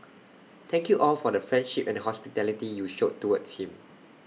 thank you all for the friendship and hospitality you showed towards him